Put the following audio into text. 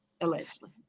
Allegedly